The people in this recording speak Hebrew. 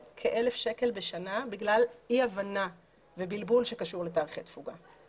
כ-1,000 שקלים בשנה בגלל אי הבנה ובלבול שקשור לתאריכי תפוגה.